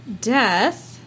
Death